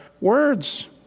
words